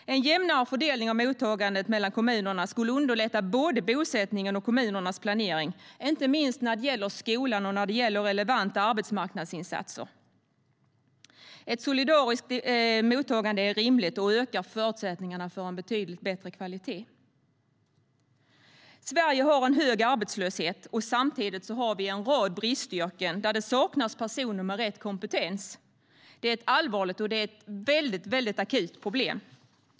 En jämnare fördelning av mottagandet mellan kommunerna skulle underlätta både bosättningen och kommunernas planering, inte minst när det gäller skola och relevanta arbetsmarknadsinsatser. Ett solidariskt mottagande är rimligt och ökar förutsättningarna för en betydligt bättre kvalitet. Sverige har en hög arbetslöshet. Samtidigt har vi en rad bristyrken där det saknas personer med rätt kompetens. Det är ett allvarligt och väldigt akut problem.